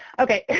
okay.